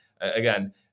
again